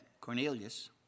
Cornelius